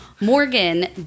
Morgan